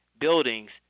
buildings